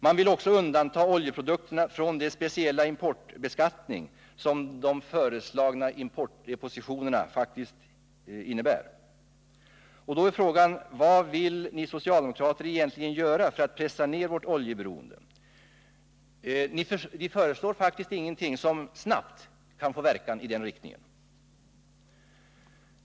De vill också undanta oljeprodukterna från den speciella importbeskattning som de föreslagna importdepositionerna faktiskt innebär. Då är frågan: Vad vill ni socialdemokrater egentligen göra för att pressa ner vårt oljeberoende? Ni föreslår faktiskt ingenting som snabbt kan få verkan i den riktningen.